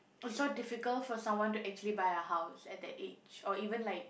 it's so difficult for someone to actually buy a house at that age or even like